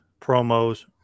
promos